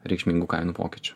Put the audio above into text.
reikšmingų kainų pokyčių